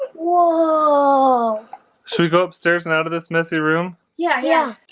whoa so you go upstairs and out of this messy room, yeah? yeah